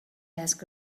asked